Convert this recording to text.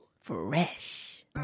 fresh